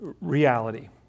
reality